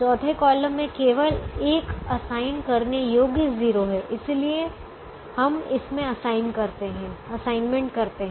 चौथे कॉलम में केवल एक असाइन करने योग्य 0 है इसलिए हम इसमें असाइनमेंट करते हैं